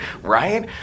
right